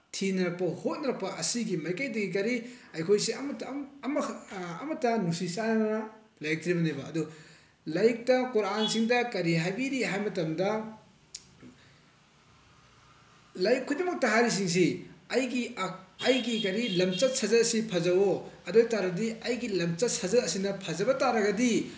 ꯊꯦꯡꯅꯔꯛꯄ ꯍꯣꯠꯅꯔꯛꯄ ꯑꯁꯤꯒꯤ ꯃꯥꯏꯀꯩꯗꯒꯤ ꯀꯔꯤ ꯑꯩꯈꯣꯏꯁꯤ ꯑꯃꯠꯇ ꯑꯃꯠꯇ ꯅꯨꯡꯁꯤ ꯆꯥꯅꯅ ꯂꯩꯔꯛꯇ꯭ꯔꯤꯕꯅꯤꯕ ꯑꯗꯨ ꯂꯥꯏꯔꯤꯛꯇ ꯀꯨꯔꯥꯟꯁꯤꯡꯗ ꯀꯔꯤ ꯍꯥꯏꯕꯤꯔꯤ ꯍꯥꯏꯕ ꯃꯇꯝꯗ ꯂꯥꯏꯔꯤꯛ ꯈꯨꯗꯤꯡꯃꯛꯇ ꯍꯥꯏꯔꯤꯁꯤꯡꯁꯤ ꯑꯩꯒꯤ ꯑꯩꯒꯤ ꯀꯔꯤ ꯂꯝꯆꯠ ꯁꯥꯖꯠꯁꯤꯡ ꯐꯖꯧꯑꯣ ꯑꯗꯨ ꯑꯣꯏꯕ ꯇꯥꯔꯒꯗꯤ ꯑꯩꯒꯤ ꯂꯝꯆꯠ ꯁꯥꯖꯠ ꯑꯁꯤꯅ ꯐꯖꯕ ꯇꯥꯔꯗꯤ